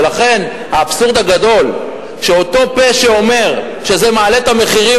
ולכן האבסורד הגדול הוא שאותו פה שאומר שזה מעלה את המחירים